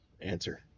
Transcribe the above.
Answer